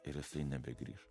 ir jisai nebegrįš